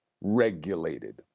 regulated